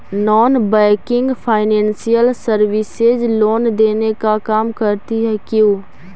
Non banking financial services loan देने का काम करती है क्यू?